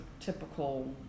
typical